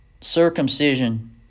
circumcision